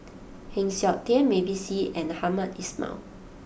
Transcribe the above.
Heng Siok Tian Mavis Hee and Hamed Ismail